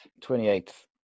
28th